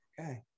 Okay